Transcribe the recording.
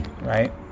right